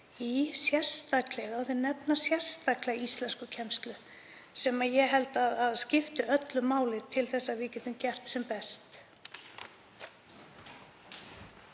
eftir auknum gæðum. Þeir nefna sérstaklega íslenskukennslu, sem ég held að skipti öllu máli til þess að við getum gert sem best.